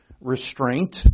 restraint